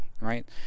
right